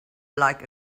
like